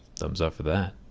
thumbs up for that.